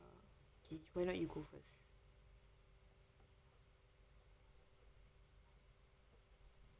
why not you go first